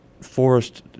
forest